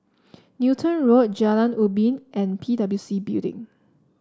Newton Road Jalan Ubin and P W C Building